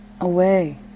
away